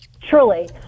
Truly